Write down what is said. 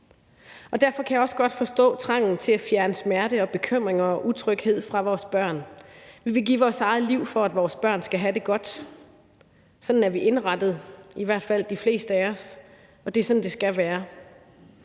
Derfor kan jeg også godt forstå trangen til at fjerne smerte og bekymringer og utryghed fra vores børn – vi vil give vores eget liv for, at vores børn skal have det godt. Sådan er vi indrettet, i hvert fald de fleste af os, og det er sådan, det skal være.